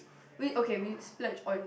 we okay we splurge on